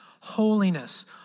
holiness